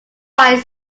right